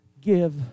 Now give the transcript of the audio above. give